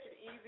easy